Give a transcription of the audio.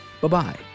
Bye-bye